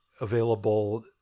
available